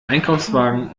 einkaufswagen